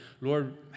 Lord